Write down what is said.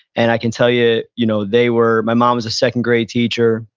and i can tell you you know they were, my mom was a second grade teacher.